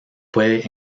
puede